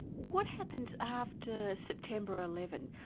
what happens after september eleven,